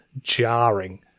jarring